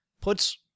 puts